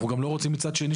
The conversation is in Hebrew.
אנחנו לא רוצים גם מצד שני,